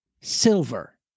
Silver